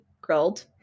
grilled